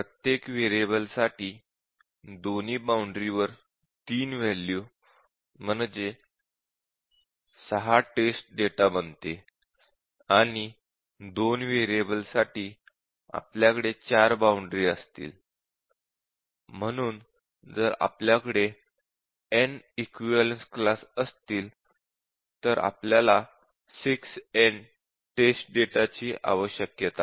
प्रत्येक व्हेरिएबलसाठी दोन्ही बाउंडरी वर तीन वॅल्यू म्हणजे 6 टेस्ट डेटा बनते आणि 2 व्हेरिएबल्ससाठी आपल्याकडे 4 बाउंडरी असतील आणि म्हणून जर आपल्याकडे n इक्विवलेन्स क्लास असतील तर आपल्याला 6n1 टेस्ट केसेस ची आवश्यकता आहे